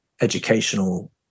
educational